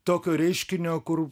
tokio reiškinio kur